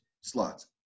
slots